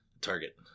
Target